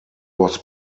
was